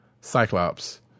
Cyclops